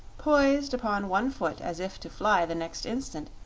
poised upon one foot as if to fly the next instant,